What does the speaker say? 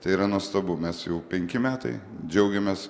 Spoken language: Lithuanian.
tai yra nuostabu mes jau penki metai džiaugiamės